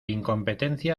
incompetencia